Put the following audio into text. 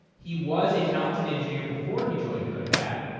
he was a talented engineer before he joined codepath,